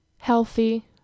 healthy